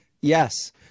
Yes